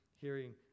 hearing